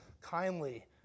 kindly